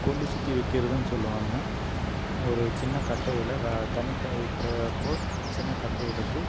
கொல்லி சுத்தி வைக்கிறதுன் சொல்லுவாங்க ஒரு சின்ன கட்டையில் வே தண்ணி காய வைக்கிற அப்போ சின்ன கட்டையை எடுத்து